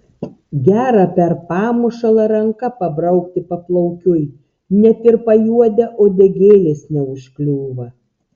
gera per pamušalą ranka pabraukti paplaukiui net ir pajuodę uodegėlės neužkliūva